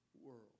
world